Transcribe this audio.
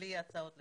בלי הצעות לסדר.